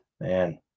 man